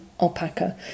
alpaca